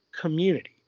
community